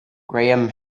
graham